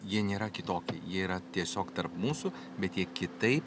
jie nėra kitokie jie yra tiesiog tarp mūsų bet jie kitaip